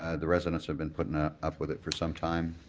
ah the residents have been putting ah up with it for some time.